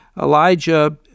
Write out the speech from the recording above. Elijah